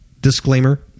disclaimer